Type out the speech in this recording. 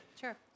Sure